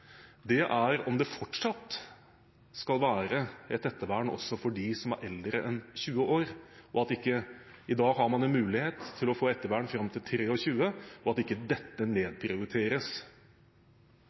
vite, er om det fortsatt skal være et ettervern for dem som er eldre enn 20 år – i dag har man en mulighet til å få ettervern fram til 23 – og at dette ikke nedprioriteres.